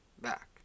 back